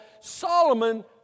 Solomon